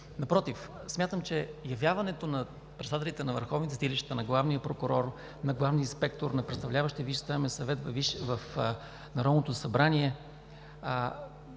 Напротив, смятам, че явяването на председателите на върховните съдилища, на главния прокурор, на главния инспектор на представляващия Висшия съдебен съвет в Народното събрание